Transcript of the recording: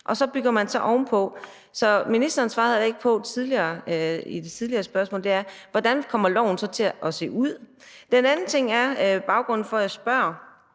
og så bygger man ovenpå. Så ministeren svarede heller ikke i det tidligere spørgsmål om, hvordan loven så kommer til at se ud. Den anden ting og baggrunden for, at jeg spørger,